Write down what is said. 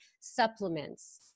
supplements